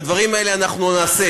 את הדברים האלה אנחנו נעשה.